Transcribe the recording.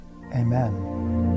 Amen